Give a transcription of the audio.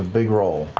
ah big roll.